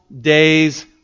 day's